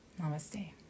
Namaste